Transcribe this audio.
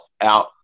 out